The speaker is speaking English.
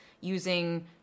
using